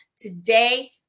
today